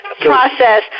process